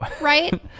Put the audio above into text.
right